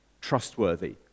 trustworthy